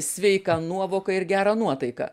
sveiką nuovoką ir gerą nuotaiką